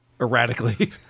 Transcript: Erratically